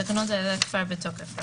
התקנות האלה כבר בתוקף,